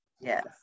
yes